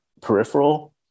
peripheral